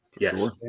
Yes